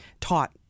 taught